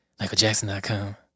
michaeljackson.com